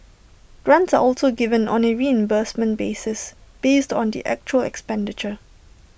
grants are also given on A reimbursement basis based on the actual expenditure